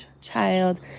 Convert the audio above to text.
child